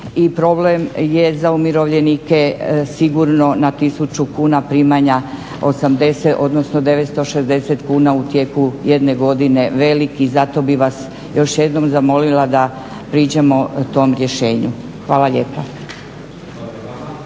problem je za umirovljenike sigurno na tisuću kuna primanja, odnosno 960 kuna u tijeku jedne godine velik i zato bi vas još jednom zamolila da pričamo o tom rješenju. **Leko,